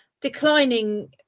declining